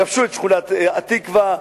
כבשו את שכונת התקווה,